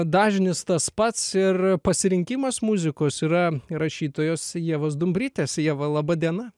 dažnis tas pats ir pasirinkimas muzikos yra rašytojos ievos dumbrytės ieva laba diena